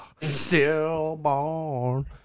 Stillborn